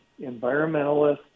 environmentalists